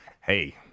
hey